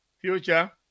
Future